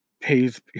pays